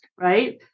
Right